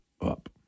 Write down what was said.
up